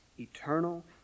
eternal